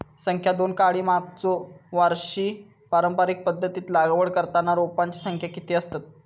संख्या दोन काडी मागचो वर्षी पारंपरिक पध्दतीत लागवड करताना रोपांची संख्या किती आसतत?